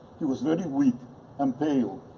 he was very weak and pale,